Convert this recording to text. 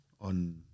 on